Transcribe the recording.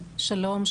שלום,